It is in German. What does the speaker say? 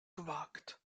gewagt